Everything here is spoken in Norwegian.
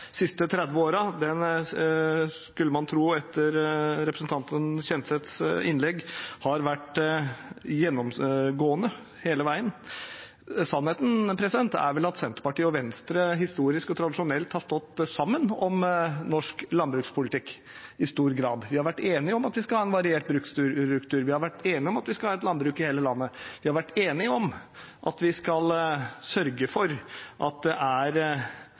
30 årene. Den skulle man tro, etter representanten Kjenseths innlegg, at har vært gjennomgående hele veien. Sannheten er vel at Senterpartiet og Venstre historisk og tradisjonelt har stått sammen om norsk landbrukspolitikk, i stor grad. Vi har vært enige om at vi skal ha en variert bruksstruktur, at vi skal ha landbruk i hele landet, at vi skal sørge for at det er